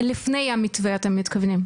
לפני המתווה אתם מתכוונים.